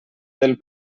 del